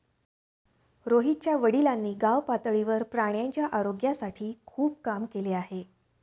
रोहितच्या वडिलांनी गावपातळीवर प्राण्यांच्या आरोग्यासाठी खूप काम केले आहे